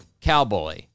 cowboy